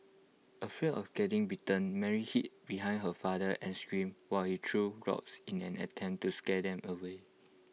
afraid of getting bitten Mary hid behind her father and screamed while he threw rocks in an attempt to scare them away